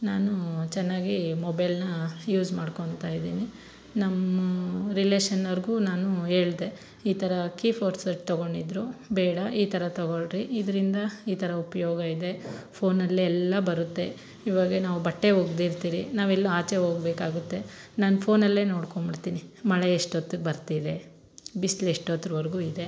ನಾನು ಚೆನ್ನಾಗಿ ಮೊಬೈಲನ್ನ ಯೂಸ್ ಮಾಡ್ಕೊತಾ ಇದ್ದೀನಿ ನಮ್ಮ ರಿಲೇಷನರ್ಗೂ ನಾನು ಹೇಳ್ದೆ ಈ ಥರ ಕೀಫೋಡ್ ಸಟ್ ತಗೊಂಡಿದ್ದರು ಬೇಡ ಈ ಥರ ತಗೊಳ್ರಿ ಇದರಿಂದ ಈ ಥರ ಉಪಯೋಗ ಇದೆ ಫೋನಲ್ಲೇ ಎಲ್ಲ ಬರುತ್ತೆ ಇವಾಗ ನಾವು ಬಟ್ಟೆ ಒಗ್ದಿರ್ತಿರಿ ನಾವೆಲ್ಲೋ ಆಚೆ ಹೋಗ್ಬೇಕಾಗುತ್ತೆ ನಾನು ಫೋನಲ್ಲೇ ನೋಡ್ಕೊಂಬಿಡ್ತೀನಿ ಮಳೆ ಎಷ್ಟೊತ್ತಿಗ್ ಬರ್ತಿದೆ ಬಿಸಿಲು ಎಷ್ಟೊತ್ರವರ್ಗೂ ಇದೆ